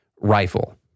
rifle